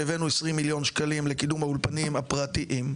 שהבאנו 20 מיליון שקלים לקידום האולפנים הפרטיים,